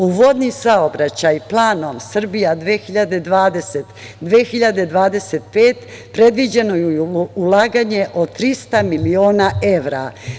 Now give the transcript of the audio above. U vodni saobraćaj planom Srbija 2020-2025. predviđeno je ulaganje od 300 miliona evra.